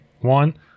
One